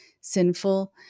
sinful